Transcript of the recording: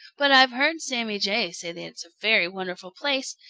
but i've heard sammy jay say that it's a very wonderful place,